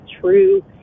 true